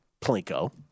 Plinko